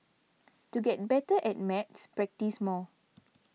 to get better at maths practise more